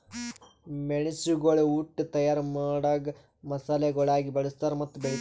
ಮೆಣಸುಗೊಳ್ ಉಟ್ ತೈಯಾರ್ ಮಾಡಾಗ್ ಮಸಾಲೆಗೊಳಾಗಿ ಬಳ್ಸತಾರ್ ಮತ್ತ ಬೆಳಿತಾರ್